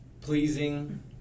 pleasing